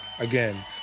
Again